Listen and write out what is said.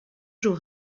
joue